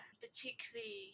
particularly